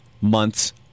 months